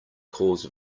cause